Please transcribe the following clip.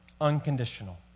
Unconditional